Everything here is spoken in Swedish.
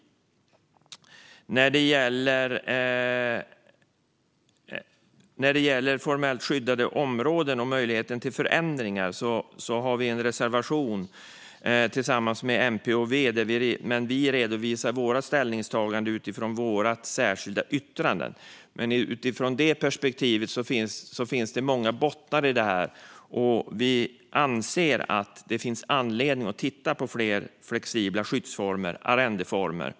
När det gäller formellt skyddade områden och möjligheten till förändringar har vi en reservation tillsammans med MP och V. Vi redovisar våra ställningstaganden utifrån vårt särskilda yttrande. Det finns många bottnar i det här. Vi anser att det finns anledning att titta på fler flexibla skyddsformer och arrendeformer.